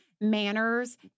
manners